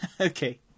Okay